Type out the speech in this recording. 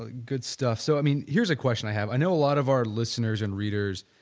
ah good stuff. so, i mean here is a question i have. i know lot of our listeners and readers,